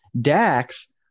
Dax